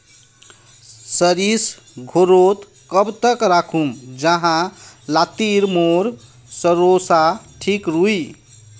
सरिस घोरोत कब तक राखुम जाहा लात्तिर मोर सरोसा ठिक रुई?